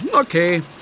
Okay